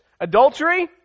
Adultery